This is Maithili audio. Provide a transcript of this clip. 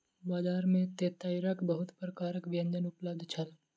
बजार में तेतैरक बहुत प्रकारक व्यंजन उपलब्ध छल